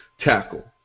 tackle